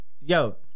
Yo